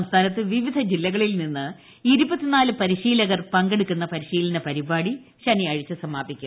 സംസ്ഥാനത്ത് വിവിധ ജില്ലകളിൽ നിന്ന് ഇരുപത്തിനാല് പരിശീലകർ പങ്കെടുക്കുന്ന പരിശീലന പരിപാടി ശനിയാഴ്ച സമാപിക്കും